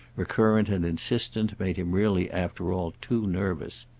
recurrent and insistent, made him really after all too nervous.